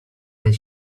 that